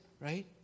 right